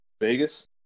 Vegas